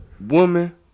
woman